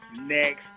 next